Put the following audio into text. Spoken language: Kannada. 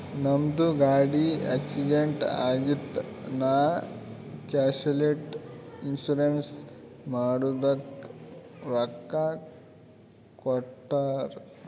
ನಮ್ದು ಗಾಡಿ ಆಕ್ಸಿಡೆಂಟ್ ಆಗಿತ್ ನಾ ಕ್ಯಾಶುಲಿಟಿ ಇನ್ಸೂರೆನ್ಸ್ ಮಾಡಿದುಕ್ ರೊಕ್ಕಾ ಕೊಟ್ಟೂರ್